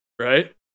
Right